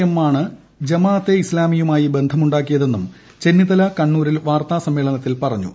എമ്മാണ് ജമാ അത്തെ ഇസ്താമിയുമായി ബന്ധമുണ്ടാക്കിയതെന്നും ചെന്നിത്തല കണ്ണൂരിൽ വാർത്താ സമ്മേളനത്തിൽ പറഞ്ഞു